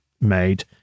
made